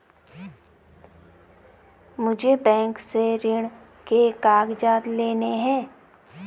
मुझे बैंक से ऋण के कागजात लाने हैं